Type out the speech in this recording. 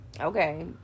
Okay